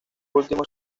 últimos